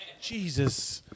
Jesus